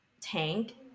tank